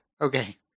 Okay